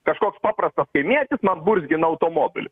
kažkoks paprastas kaimietis man burzgina automobiliu